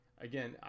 again